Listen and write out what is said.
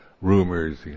Rumors